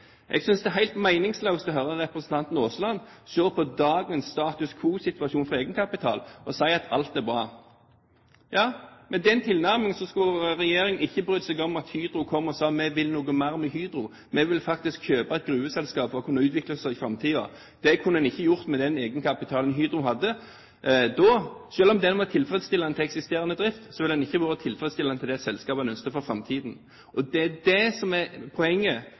Jeg synes det er helt meningsløst å høre representanten Aasland si om dagens status quo-situasjon for egenkapital at alt er bra. Med den tilnærmingen skulle regjeringen ikke ha brydd seg om at Hydro kom og sa: Vi vil noe mer med Hydro, vi vil kjøpe et gruveselskap for å kunne utvikle oss i framtiden. Det kunne en ikke gjort med den egenkapitalen som Hydro hadde da. Selv om den var tilfredsstillende når det gjaldt eksisterende drift, ville den ikke ha vært tilfredsstillende for det selskapet en ønsket for framtiden. Og det er dét som er poenget